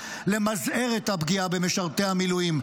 למזער את הפגיעה במשרתי המילואים,